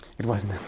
it wasn't